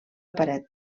paret